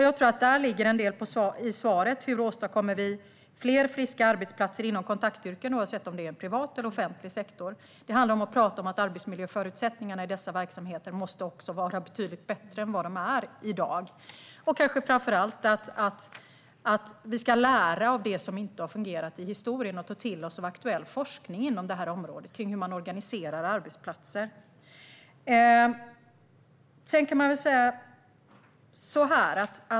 Jag tror att där ligger en del av svaret på frågan om hur vi åstadkommer fler friska arbetsplatser inom kontaktyrken, oavsett om det är i privat eller offentlig sektor. Det handlar om att tala om att arbetsmiljöförutsättningarna i dessa verksamheter också måste vara betydligt bättre än vad de är i dag och kanske framför allt att vi ska lära av det som inte har fungerat historiskt och ta till oss av aktuell forskning kring hur man organiserar arbetsplatser.